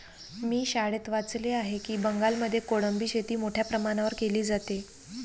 मी शाळेत वाचले आहे की बंगालमध्ये कोळंबी शेती मोठ्या प्रमाणावर केली जाते